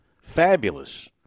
fabulous